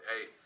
hey